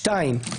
שתיים,